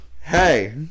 hey